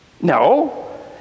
No